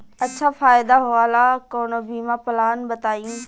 अच्छा फायदा वाला कवनो बीमा पलान बताईं?